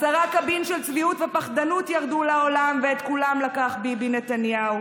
עשרה קבין של צביעות ופחדנות ירדו לעולם ואת כולם לקח ביבי נתניהו.